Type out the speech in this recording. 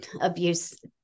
abuse